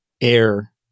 air